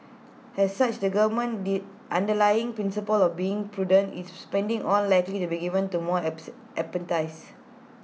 as such the government's underlying principle of being prudent with its spending will likely be given more emphasis